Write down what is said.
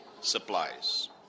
supplies